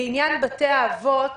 בעניין בתי האבות